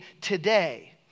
today